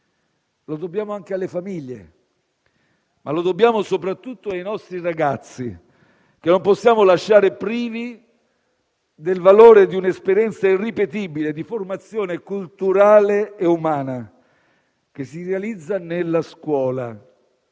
Lo dobbiamo anche alle famiglie, ma lo dobbiamo soprattutto ai nostri ragazzi, che non possiamo lasciare privi del valore di un'esperienza irripetibile di formazione culturale e umana, che si realizza nella scuola